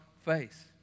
face